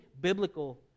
biblical